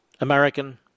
American